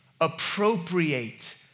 appropriate